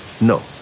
No